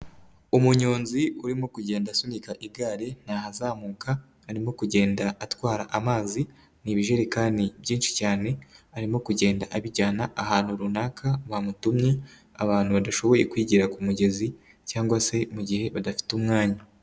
Umunyonzi urimo kugenda asunika igare ni ahazamuka, arimo kugenda atwara amazi, ni ibijerekani byinshi cyane, arimo kugenda abijyana ahantu runaka bamutumye, abantu badashoboye kwigira ku kumugezi, cyangwa se mugihe badafite umwanya.